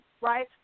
right